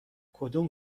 کدوم